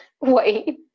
Wait